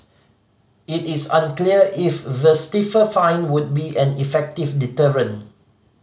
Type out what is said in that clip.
it is unclear if the stiffer fine would be an effective deterrent